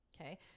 Okay